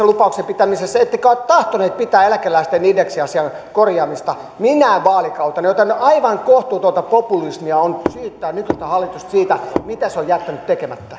lupauksien pitämisessä aikaisemminkaan ettekä ole tahtoneet pitää eläkeläisten indeksiasian korjaamista minään vaalikautena joten aivan kohtuutonta populismia on syyttää nykyistä hallitusta siitä mitä se on jättänyt tekemättä